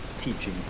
teaching